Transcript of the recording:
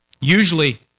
Usually